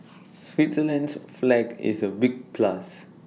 Switzerland's flag is A big plus